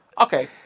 okay